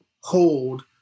hold